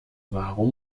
warum